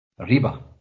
riba